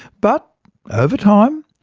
but over time,